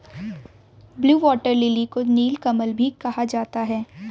blue water lily को नीलकमल भी कहा जाता है